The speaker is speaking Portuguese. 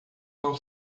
não